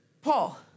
Paul